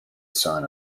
son